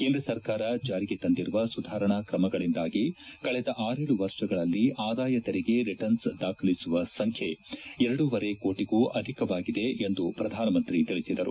ಕೇಂದ್ರ ಸರ್ಕಾರ ಜಾರಿಗೆ ತಂದಿರುವ ಸುಧಾರಣಾ ಕ್ರಮಗಳಿಂದಾಗಿ ಕಳೆದ ಆರೇಳು ವರ್ಷಗಳಲ್ಲಿ ಆದಾಯ ತೆರಿಗೆ ರಿಟರ್ನ್ಸ್ ದಾಖಲಿಸುವ ಸಂಖ್ಯೆ ಎರಡೂವರೆ ಕೋಟಿಗೂ ಅಧಿಕವಾಗಿದೆ ಎಂದು ಪ್ರಧಾನಮಂತ್ರಿ ತಿಳಿಸಿದರು